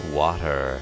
water